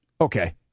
Okay